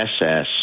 SS